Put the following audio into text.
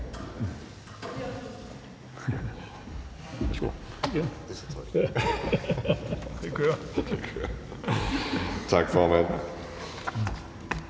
– for at være med